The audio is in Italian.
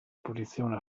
posizione